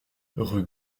rue